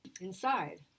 inside